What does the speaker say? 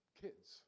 kids